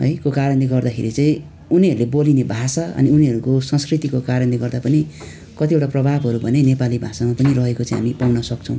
है को कारणले गर्दाखेरि चाहिँ उनीहरूले बोलिने भाषा अनि उनीहरूको संस्कृतिको कारणले गर्दा पनि कतिवटा प्रभावहरू भने नेपाली भाषामा पनि रहेको चाहिँ हामी पाउन सक्छौँ